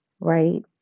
right